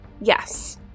Yes